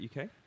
uk